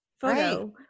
photo